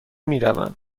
میروم